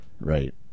right